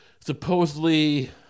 supposedly